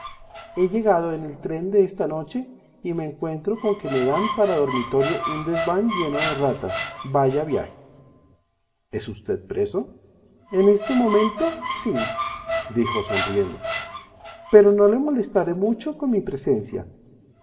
he llegado en el tren de esta noche y me encuentro con que me dan para dormitorio un desván lleno de ratas vaya un viaje es usted preso en este momento sí dijo sonriendo pero no le molestaré mucho con mi presencia